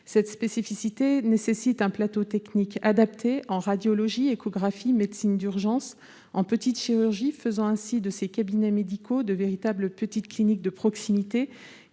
Cette spécificité nécessite un plateau technique adapté en radiologie, échographie, médecine d'urgence et petite chirurgie, faisant ainsi de ces cabinets médicaux de véritables petites cliniques de proximité,